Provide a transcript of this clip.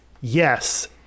Yes